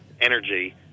energy